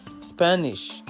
Spanish